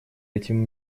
этим